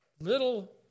little